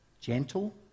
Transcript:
gentle